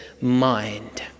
mind